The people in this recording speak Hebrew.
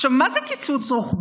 עכשיו, מה זה קיצוץ רוחבי?